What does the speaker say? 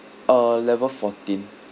uh level fourteen